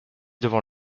devant